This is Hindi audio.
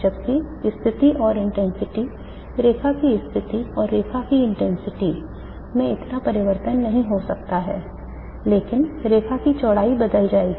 जबकि स्थिति और इंटेंसिटी रेखा की स्थिति और रेखा की इंटेंसिटी में इतना परिवर्तन नहीं हो सकता है लेकिन रेखा की चौड़ाई बदल जाएगी